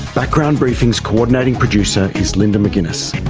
background briefing's coordinating producer is linda mcginness,